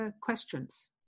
questions